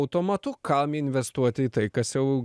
automatu kam investuoti į tai kas jau